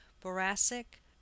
boracic